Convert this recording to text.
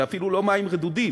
זה אפילו לא מים רדודים,